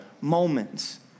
moments